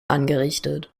angerichtet